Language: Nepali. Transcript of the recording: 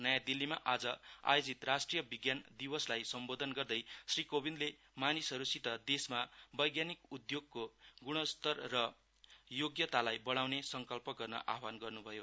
नयाँ दिल्लीमा आज आयोजित राष्ट्रिय विज्ञान दिवसलाई सम्बोधन गर्दै श्री कोविन्दले मानिसहरुसित देशमा वैज्ञानिक उद्घयोगको गुणस्तर र योग्यतालाई बढ़ाउने संकल्प गर्न आह्वान गर्नुभयो